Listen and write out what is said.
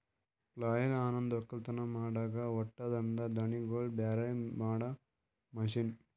ಪ್ಲಾಯ್ಲ್ ಅನಂದ್ ಒಕ್ಕಲತನ್ ಮಾಡಾಗ ಹೊಟ್ಟದಾಂದ ದಾಣಿಗೋಳಿಗ್ ಬ್ಯಾರೆ ಮಾಡಾ ಮಷೀನ್